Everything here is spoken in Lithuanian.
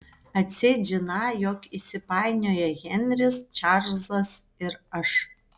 atseit žiną jog įsipainioję henris čarlzas ir aš